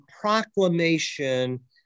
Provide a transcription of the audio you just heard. proclamation